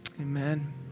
Amen